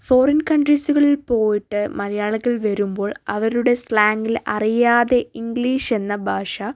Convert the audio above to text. foreign കണ്ട്രീസുകളിൽ പോയിട്ട് മലയാളത്തിൽ വരുമ്പോൾ അവരുടെ സ്ലാങ്ങിൽ അറിയാതെ ഇംഗ്ലീഷ് എന്ന ഭാഷ